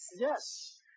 Yes